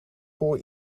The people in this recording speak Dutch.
voor